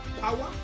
power